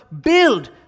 build